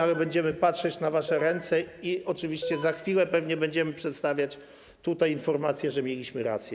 Ale będziemy patrzeć wam na ręce i oczywiście za chwilę pewnie będziemy przedstawiać tutaj informację, że mieliśmy rację.